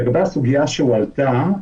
לגבי הסוגיה שהועלתה,